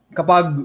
kapag